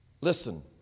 Listen